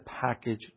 package